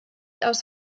aus